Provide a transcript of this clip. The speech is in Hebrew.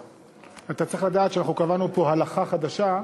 אתה צריך לדעת שאנחנו קבענו פה הלכה חדשה,